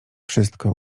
wszystko